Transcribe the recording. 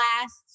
last